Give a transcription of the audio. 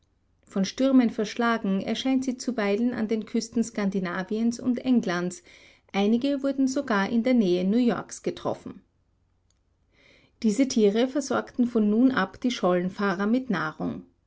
von stürmen verschlagen erscheint sie zuweilen an den küsten skandinaviens und englands einige wurden sogar in der nähe neuyorks getroffen diese tiere versorgten von nun ab die schollenfahrer mit nahrung